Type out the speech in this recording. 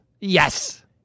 Yes